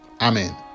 amen